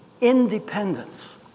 independence